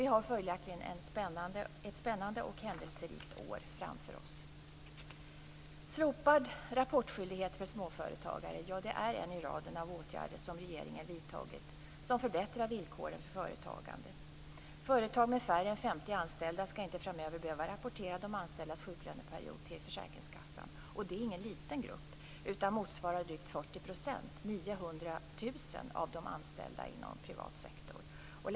Vi har följaktligen ett spännande och händelserikt år framför oss. Slopad rapportskyldighet för småföretagare är en åtgärd i en rad av åtgärder som regeringen vidtagit som förbättrar villkoren för företagande. Företag med färre än 50 anställda skall inte framöver behöva rapportera de anställdas sjuklöneperiod till försäkringskassan. Och det är ingen liten grupp, utan den motsvarar drygt 40 %, 900 000, av de anställda inom privat sektor.